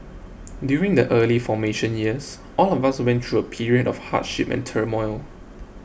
during the early formation years all of us went through a period of hardship and turmoil